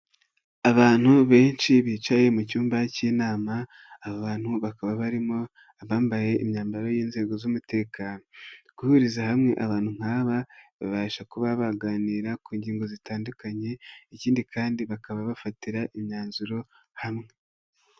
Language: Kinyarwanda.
Abantu benshi bicaye mu cyumba cy'inama, aba abantu bakaba barimo, abambaye imyambaro y'inzego z'umutekano, guhuriza hamwe abantu nk'aba, babasha kuba baganira ku ngingo zitandukanye, ikindi kandi bakaba bafatira imyanzuro hamwe.